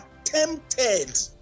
attempted